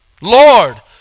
Lord